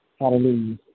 Hallelujah